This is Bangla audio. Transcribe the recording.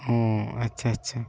ও আচ্ছা আচ্ছা